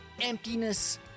emptiness